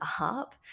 up